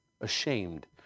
ashamed